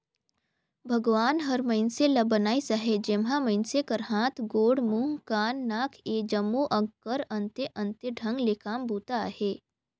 भगवान हर मइनसे ल बनाइस अहे जेम्हा मइनसे कर हाथ, गोड़, मुंह, कान, नाक ए जम्मो अग कर अन्ते अन्ते ढंग ले काम बूता अहे